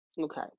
Okay